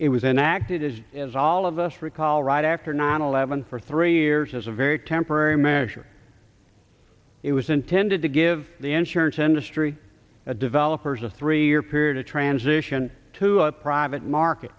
it was enacted as is all of us recall right after nine eleven for three years as a very temporary measure it was intended to give the insurance industry a developers a three year period of transition to a private market